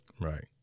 Right